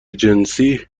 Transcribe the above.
جنسی